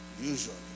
usually